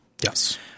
Yes